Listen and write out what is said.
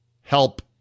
help